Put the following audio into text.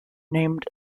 named